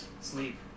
sleep